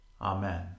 Amen